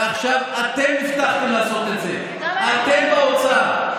ועכשיו אתם הבטחתם לעשות את זה, אתם והאוצר.